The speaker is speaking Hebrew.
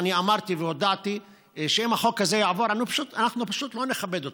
אני אמרתי והודעתי שאם החוק הזה יעבור אנחנו פשוט לא נכבד אותו.